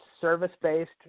service-based